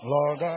Lord